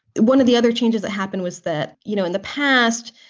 one of the other changes that happened was that, you know, in the past,